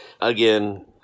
again